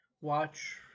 watch